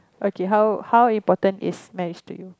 okay how how important is marriage to you